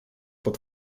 pod